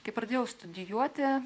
kai pradėjau studijuoti